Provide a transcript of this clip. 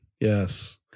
Yes